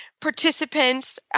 participants